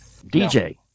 DJ